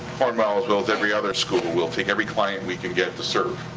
cornwall, as well as every other school, will take every client we can get to serve.